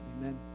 amen